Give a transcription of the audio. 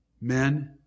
Men